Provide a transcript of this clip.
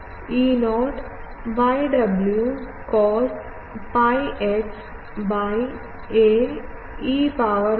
അതിനാൽ എന്താണ് ബീറ്റ പ്രചാരണ സ്ഥിരത k0 square minus pi square by ഒരു സ്ക്വയർ മുഴുവൻ പവർ ½